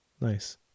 nice